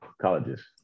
colleges